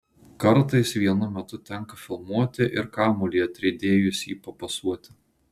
kartais vienu metu tenka filmuoti ir kamuolį atriedėjusį papasuoti